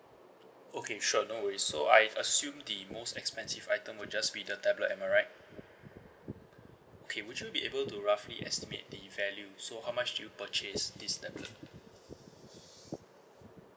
okay sure no worries so I assume the most expensive item will just be the tablet am I right okay would you be able to roughly estimate the value so how much did you purchase this tablet